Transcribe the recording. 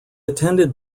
attended